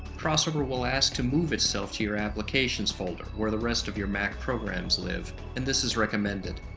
crossover will ask to move itself to your applications folder where the rest of your mac programs live, and this is recommended.